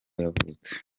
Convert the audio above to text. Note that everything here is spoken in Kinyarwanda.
yavutse